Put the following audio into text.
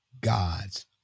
God's